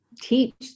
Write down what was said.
teach